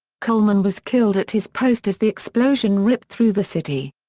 coleman was killed at his post as the explosion ripped through the city.